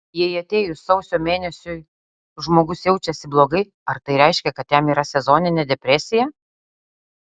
jei atėjus sausio mėnesiui žmogus jaučiasi blogai ar tai reiškia kad jam yra sezoninė depresija